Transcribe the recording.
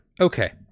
okay